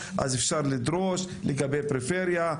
אז אפשר לדרוש לגבי פריפריה,